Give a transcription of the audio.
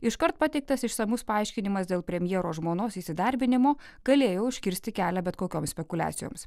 iškart pateiktas išsamus paaiškinimas dėl premjero žmonos įsidarbinimo galėjo užkirsti kelią bet kokioms spekuliacijoms